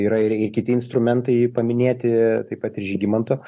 yra ir i kiti instrumentai paminėti taip pat ir žygimanto